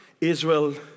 Israel